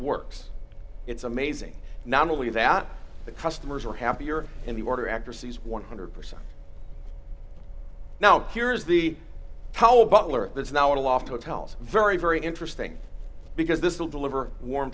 works it's amazing not only that the customers are happier and the order accuracy is one hundred percent now here's the how butler is now at a loft hotels very very interesting because this will deliver warm